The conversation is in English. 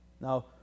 Now